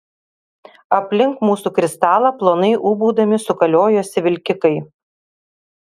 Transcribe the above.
aplink mūsų kristalą plonai ūbaudami sukaliojosi vilkikai